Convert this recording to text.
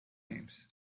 names